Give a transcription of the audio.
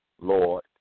Lord